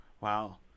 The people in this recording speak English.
Wow